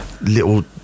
little